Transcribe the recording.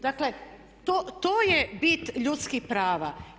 Dakle, to je bit ljudskih prava.